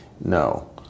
No